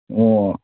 ꯑꯣ